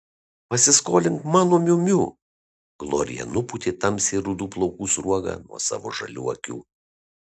pasiskolink mano miu miu glorija nupūtė tamsiai rudų plaukų sruogą nuo savo žalių akių